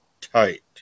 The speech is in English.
tight